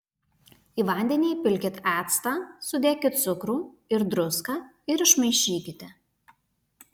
į vandenį įpilkit actą sudėkit cukrų ir druską ir išmaišykite